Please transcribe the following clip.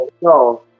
no